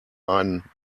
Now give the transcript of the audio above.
einen